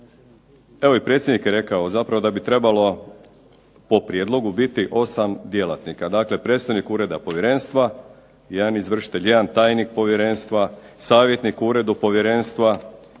evo i predsjednik je sam rekao da bi trebalo po prijedlogu biti 8 djelatnika, dakle predstojnik Ureda povjerenstva, jedan izvršitelj, jedan tajnik povjerenstva, savjetnik u uredu povjerenstva,